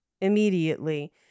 immediately